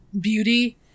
beauty